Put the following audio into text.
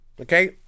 okay